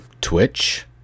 Twitch